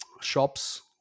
shops